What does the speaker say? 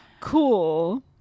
Cool